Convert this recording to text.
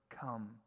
come